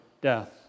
death